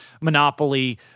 monopoly